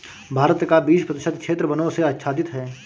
भारत का बीस प्रतिशत क्षेत्र वनों से आच्छादित है